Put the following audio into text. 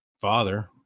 father